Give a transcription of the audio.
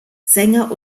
sänger